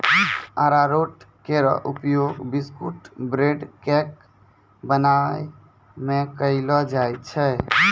अरारोट केरो उपयोग biscuit, bread, cake बनाय म कयलो जाय छै